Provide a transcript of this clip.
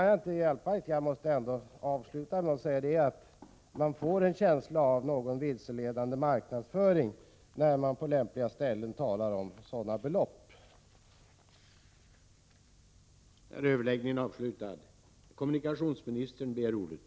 Jag måste avsluta med att säga att jag har en känsla av att det rör sig om en något vilseledande marknadsföring när man i lämpliga sammanhang talar om sådana belopp som det här gäller.